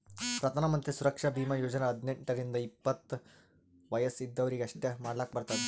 ಪ್ರಧಾನ್ ಮಂತ್ರಿ ಸುರಕ್ಷಾ ಭೀಮಾ ಯೋಜನಾ ಹದ್ನೆಂಟ್ ರಿಂದ ಎಪ್ಪತ್ತ ವಯಸ್ ಇದ್ದವರೀಗಿ ಅಷ್ಟೇ ಮಾಡ್ಲಾಕ್ ಬರ್ತುದ